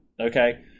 okay